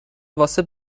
واسه